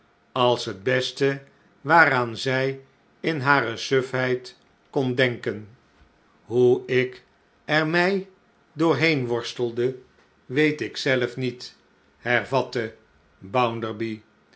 als het beste waaraan zij in hare sufheid kon denken slechte tijden hoe ik er mij doorheen worstelde weet ik zelf niet hervatte